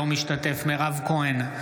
אינו משתתף בהצבעה מירב כהן,